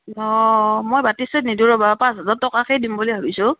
অঁ মই বাতি চেট নিদোঁ ৰ'ব পাঁচ হাজাৰ টকাকেই দিম বুলি ভাবিছোঁ